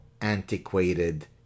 antiquated